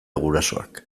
gurasoak